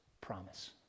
promise